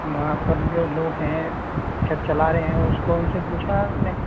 वहाँ पर जो लोग हैं शायद चला रहें हैं उसको उनसे पूछा आपने